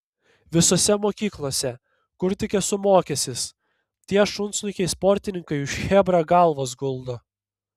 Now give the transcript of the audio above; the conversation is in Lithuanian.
visose mokyklose kur tik esu mokęsis tie šunsnukiai sportininkai už chebrą galvas guldo